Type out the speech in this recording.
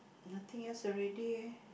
nothing else already eh